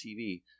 TV